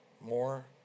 More